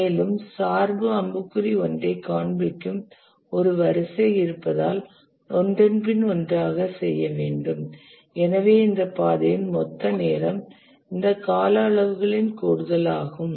மேலும் சார்பு அம்புக்குறி ஒன்றைக் காண்பிக்கும் ஒரு வரிசை இருப்பதால் ஒன்றன்பின் ஒன்றாகச் செய்ய வேண்டும் எனவே இந்த பாதையின் மொத்த நேரம் இந்த கால அளவுகளின் கூடுதலாகும்